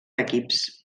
equips